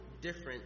different